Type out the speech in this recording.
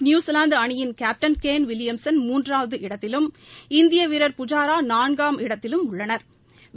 New Zealand அணியின் captain Kane Williamson மூன்றாம் இடத்திலும் இந்திய வீரர் புஜாரா நான்காம் இடத்திலும் உள்ளனா்